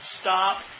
stop